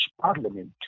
Parliament